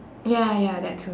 ya ya that too